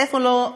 ואיפה לא.